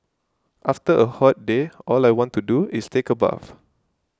after a hot day all I want to do is take a bath